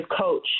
coach